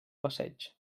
passeig